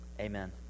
Amen